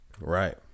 Right